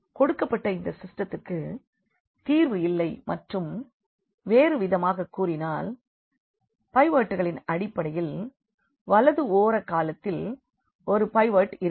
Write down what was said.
கொடுக்கப்பட்ட இந்த சிஸ்டெத்திற்கு தீர்வு இல்லை மற்றும் வேறு விதமாக கூறினால் பைவட்டுகளின் அடிப்படையில் வலது ஓர காலத்தில் ஒரு பைவோட் இருக்கிறது